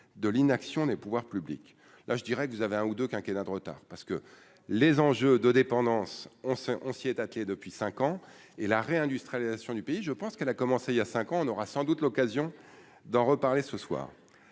de l'inaction des pouvoirs publics, là je dirais que vous avez un ou 2 quinquennats de retard parce que les enjeux de dépendance, on sait, on s'y est attelé depuis 5 ans et la réindustrialisation du pays, je pense qu'elle a commencé il y a 5 ans, on aura sans doute l'occasion d'en reparler : Ce soir,